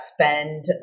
spend